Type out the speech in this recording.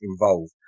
involved